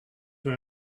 were